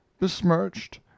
besmirched